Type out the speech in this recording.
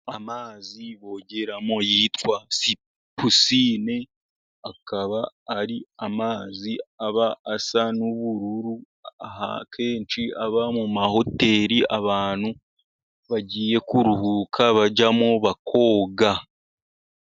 Amazi bogeramo yitwa pisine akaba ari amazi aba asa n'ubururu akenshi aba mu mahoteli abantu bagiye kuruhuka bajyamo bakoga.